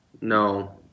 No